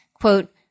quote